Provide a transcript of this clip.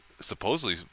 supposedly